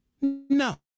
No